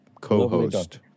co-host